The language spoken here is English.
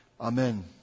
Amen